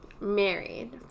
Married